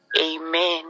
Amen